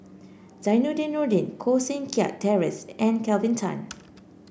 Zainudin Nordin Koh Seng Kiat Terence and Kelvin Tan